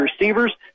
receivers